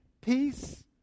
peace